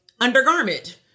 undergarment